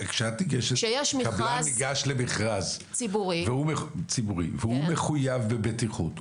כשאדם ניגש למכרז ציבורי והוא מחויב בבטיחות,